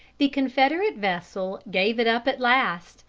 the confederate vessel gave it up at last,